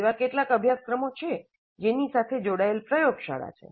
એવાં કેટલાક અભ્યાસક્રમો છે જેની સાથે જોડાયેલ પ્રયોગશાળા છે